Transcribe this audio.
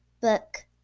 book